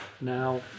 Now